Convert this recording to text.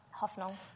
Hoffnung